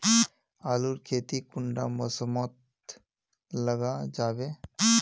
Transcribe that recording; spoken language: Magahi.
आलूर खेती कुंडा मौसम मोत लगा जाबे?